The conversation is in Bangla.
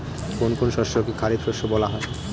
কোন কোন শস্যকে খারিফ শস্য বলা হয়?